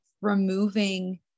removing